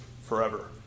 forever